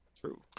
True